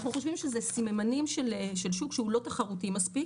אנחנו חושבים שאלה סממנים של שוק שהוא לא תחרותי מספיק